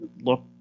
look